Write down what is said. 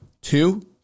Two